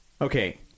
okay